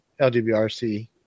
LWRC